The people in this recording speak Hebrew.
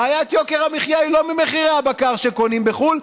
בעיית יוקר המחיה היא לא ממחירי הבקר שקונים בחו"ל,